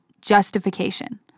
justification